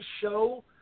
show